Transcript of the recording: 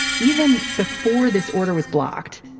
even before this order was blocked,